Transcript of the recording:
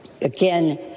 again